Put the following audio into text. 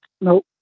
Nope